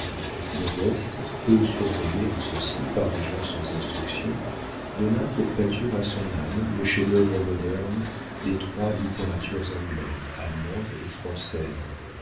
modeste peu surveillée en ceci par des gens sans instruction donna pour pâture à son âme les chefs-d'œuvre modernes des trois littératures anglaise allemande et française